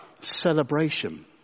celebration